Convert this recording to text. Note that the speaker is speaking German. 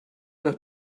nach